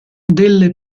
delle